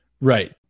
Right